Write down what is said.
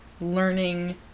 learning